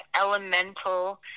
elemental